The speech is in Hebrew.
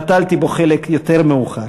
נטלתי בו חלק יותר מאוחר,